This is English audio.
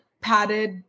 padded